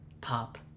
Pop